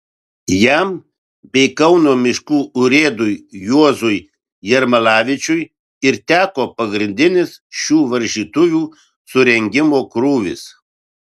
jam bei kauno miškų urėdui juozui jermalavičiui ir teko pagrindinis šių varžytuvių surengimo krūvis